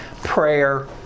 prayer